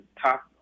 top